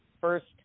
first